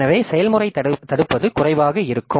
எனவே செயல்முறை தடுப்பது குறைவாக இருக்கும்